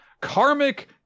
Karmic